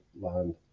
land